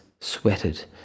sweated